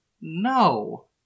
No